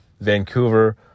Vancouver